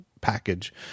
package